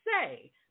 say